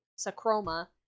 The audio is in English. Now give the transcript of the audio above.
Sacroma